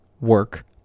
work